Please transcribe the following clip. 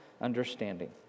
understanding